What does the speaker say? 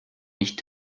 nicht